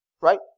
right